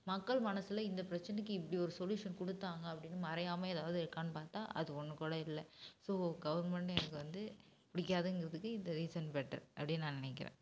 மக்கள் மனசில் இந்த பிரச்சனைக்கு இப்படி ஒரு சொலியூஷன் கொடுத்தாங்க அப்படினு மறையாம எதாவது இருக்கானு பார்த்தா அது ஒன்று கூட இல்லை ஸோ கவர்மெண்ட் எனக்கு வந்து பிடிக்கிறாதுங்கிறதுக்கு இந்த ரீசன் பெட்டர் அப்படினு நான் நினக்கிறேன்